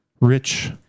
rich